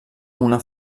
una